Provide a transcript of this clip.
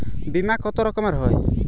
বিমা কত রকমের হয়?